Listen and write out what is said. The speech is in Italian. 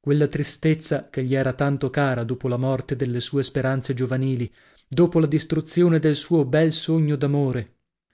quella tristezza che gli era tanto cara dopo la morte delle sue speranze giovanili dopo la distruzione del suo bel sogno d'amore